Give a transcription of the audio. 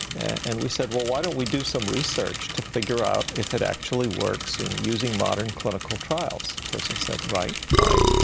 and we said, well, why don't we do some research to figure out if it actually works and using modern clinical trials? the person said, right, fine.